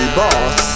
boss